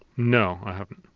no, i haven't.